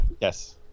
Yes